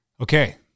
Okay